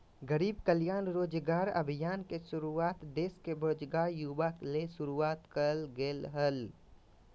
गरीब कल्याण रोजगार अभियान के शुरुआत देश के बेरोजगार युवा ले शुरुआत करल गेलय हल